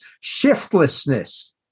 shiftlessness